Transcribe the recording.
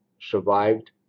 survived